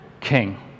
king